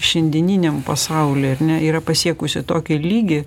šiandieniniam pasauly ar ne yra pasiekusi tokį lygį